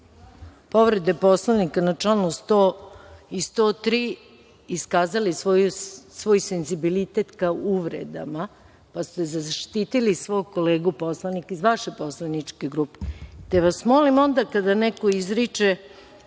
povrede Poslovnika na čl. 100. i 103. iskazali svoj senzibilitet ka uvredama, pa ste zaštitili svog kolegu poslanika iz vaše poslaničke grupe. Molim vas onda kada neko izriče